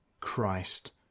christ